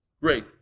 great